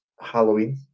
Halloween